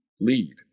lead